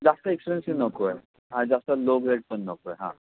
जास्त एक्स्पेन्सिव नको आहे आ जास्त लो ग्रेड पण नको आहे हां